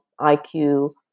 IQ